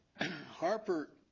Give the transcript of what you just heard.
Harper